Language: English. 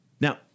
Now